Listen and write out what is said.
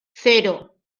cero